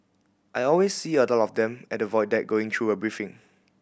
I always see a lot of them at the Void Deck going through a briefing